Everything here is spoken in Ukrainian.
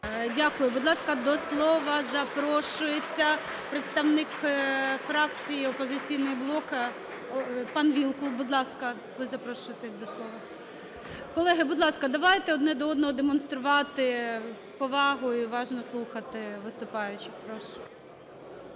Дякую. Будь ласка, до слова запрошується представник фракції "Опозиційний блок" пан Вілкул, будь ласка, ви запрошуєтесь до слова. Колеги, будь ласка, давайте один до одного демонструвати повагу і уважно слухати виступаючих. Прошу.